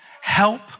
Help